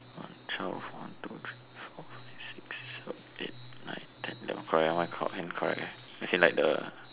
one twelve one two three four five six seven eight nine ten eleven correct eh my clock hand correct eh as in like the